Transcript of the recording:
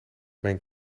mijn